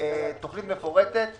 תוכנית מפורטת לוועדה.